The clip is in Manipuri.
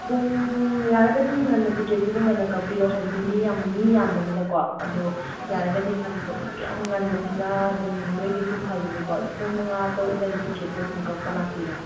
ꯄꯨꯡ ꯌꯥꯔꯒꯗꯤ ꯉꯟꯅ ꯇꯤꯛꯀꯦꯠꯇꯨꯗꯤ ꯉꯟꯅ ꯀꯛꯄꯤꯔꯣ ꯍꯥꯏꯕꯗꯤ ꯃꯤ ꯌꯥꯝ ꯃꯤ ꯌꯥꯝꯕꯅꯤꯅꯀꯣ ꯑꯗꯣ ꯌꯥꯔꯒꯗꯤ ꯉꯟꯕ ꯌꯥꯝ ꯉꯥꯟꯕꯁꯤꯅ ꯑꯗꯨꯝ ꯅꯣꯏꯒꯤꯁꯨ ꯐꯒꯅꯤꯀꯣ ꯄꯨꯡ ꯃꯉꯥ ꯇꯔꯨꯛ ꯑꯗꯨꯋꯥꯏꯗ ꯇꯤꯛꯀꯦꯠꯇꯣ ꯑꯗꯨꯝ ꯀꯛꯄ ꯂꯥꯛꯄꯤꯔꯣ